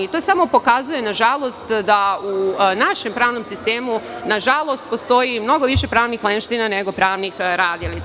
To samo pokazuje, nažalost, da u našem pravnom sistemu postoji mnogo više pravnih lenština nego pravnih radilica.